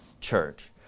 church